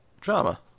drama